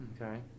Okay